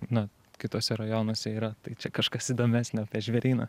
na kituose rajonuose yra tai čia kažkas įdomesnio apie žvėryną